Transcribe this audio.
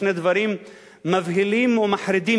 שני דברים מבהילים ומחרידים,